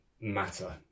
matter